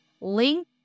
link